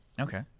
Okay